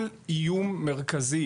התחום השני,